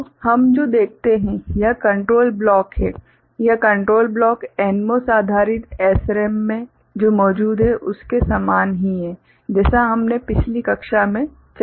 तो हम जो देखते हैं यह कंट्रोल ब्लॉक हैं यह कंट्रोल ब्लॉक NMOS आधारित SRAM में जो मौजूद है उसके समान ही है जैसा हमने पिछली कक्षा में चर्चा की थी